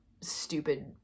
stupid